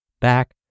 back